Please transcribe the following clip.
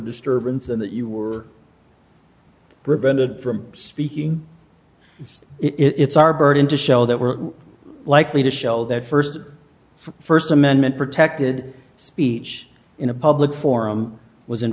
disturbance and that you were prevented from speaking it it's our burden to show that we're likely to show that st st amendment protected speech in a public forum was